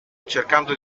cercando